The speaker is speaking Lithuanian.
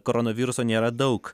koronaviruso nėra daug